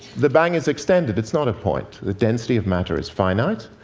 the bang is extended. it's not a point. the density of matter is finite,